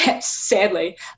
sadly